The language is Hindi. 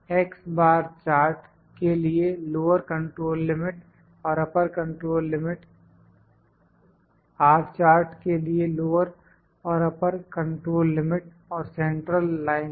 x बार चार्ट के लिए लोअर कंट्रोल लिमिट और upper control limit R chart के लिए लोअर और अपर कंट्रोल लिमिट और सेंट्रल लाइनस्